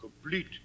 Complete